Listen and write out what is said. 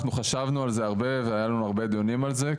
אנחנו חשבנו על זה הרבה והיו לנו הרבה דיונים על זה,